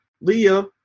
Leah